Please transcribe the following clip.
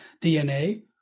DNA